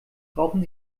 brauchen